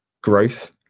growth